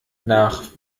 nach